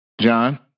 John